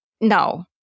no